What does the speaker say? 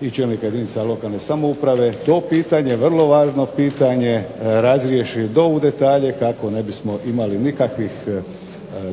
i čelnika jedinica lokalne samouprave to pitanje, vrlo važno pitanje razriješi do u detalje, kako ne bismo imali nikakvih